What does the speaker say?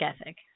ethic